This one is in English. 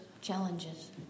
challenges